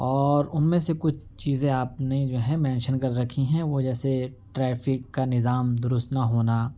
اور ان میں سے کچھ چیزیں آپ نے جو ہے مینشن کر رکھی ہیں وہ جیسے ٹریفک کا نظام درست نہ ہونا